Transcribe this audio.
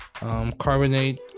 Carbonate